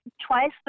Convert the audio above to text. twice